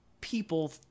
people